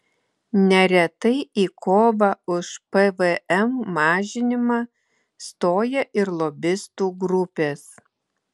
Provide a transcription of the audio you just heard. neretai į kovą už pvm mažinimą stoja ir lobistų grupės